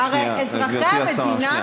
הרי אזרחי המדינה, רק שנייה, גברתי השרה.